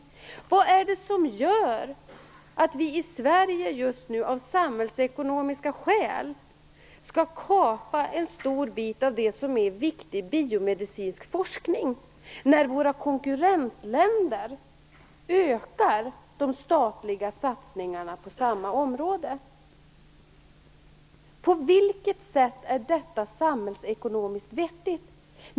Vad är det som gör att vi i Sverige just nu av samhällsekonomiska skäl skall kapa en stor bit av det som är viktig biomedicinsk forskning, när våra konkurrentländer ökar de statliga satsningarna på samma område? På vilket sätt är detta samhällsekonomiskt vettigt?